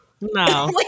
no